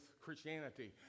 Christianity